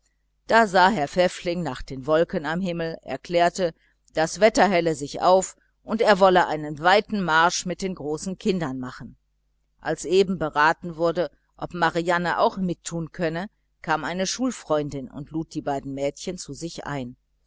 da sah herr pfäffling nach den wolken am himmel erklärte das wetter helle sich auf und er wolle einen weiten marsch mit den großen kindern machen als eben beraten wurde ob marianne auch mittun könne kam eine schulfreundin und lud die beiden mädchen zu sich ein